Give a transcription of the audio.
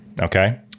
okay